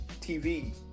tv